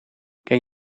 ken